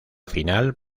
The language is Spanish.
final